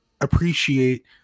appreciate